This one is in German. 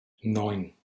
neun